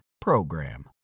PROGRAM